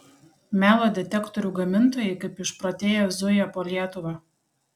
melo detektorių gamintojai kaip išprotėję zuja po lietuvą